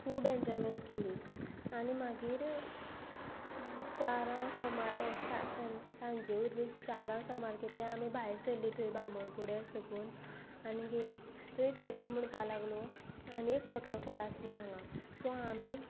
खूब एन्जॉयमेंट केली आनी मागीर चारां समार सांजे उद चारां समार केल्ले आमी भायर सरली थंय बामणपूड्यार सकून आनी गेली थंयच एकलो म्हणपा लागलो आनी एक वॉटरफॉल आस म्हण हांगा सो आमी